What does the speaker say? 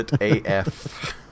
AF